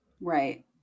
Right